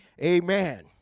amen